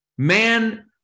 man